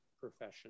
profession